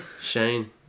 Shane